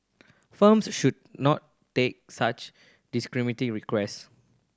firms should not day such discriminatory requests